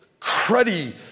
cruddy